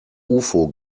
ufo